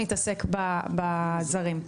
נתעסק בזרים.